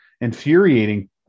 infuriating